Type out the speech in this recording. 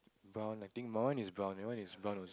brown I think my one is brown my one is brown or